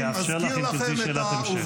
אני אאפשר לך שאלת המשך,